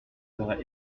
serait